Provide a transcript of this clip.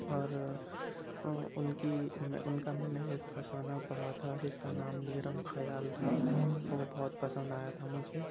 اور اُن کی میں اُن کا میں نے ایک افسانہ پڑھا تھا جس کا نام نیرم خیال تھا وہ بہت پسند آیا تھا مجھے